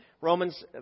Romans